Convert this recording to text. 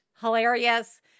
hilarious